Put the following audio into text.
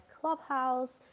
clubhouse